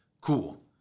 Cool